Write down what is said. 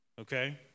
Okay